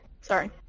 Sorry